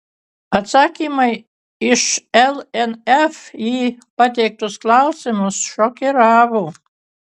atsakymai iš lnf į pateiktus klausimus šokiravo